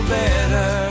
better